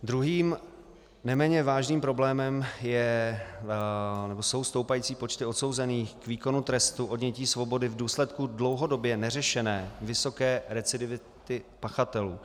Druhým neméně vážným problémem jsou stoupající počty odsouzených k výkonu trestu odnětí svobody v důsledku dlouhodobě neřešené vysoké recidivity pachatelů.